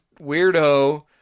weirdo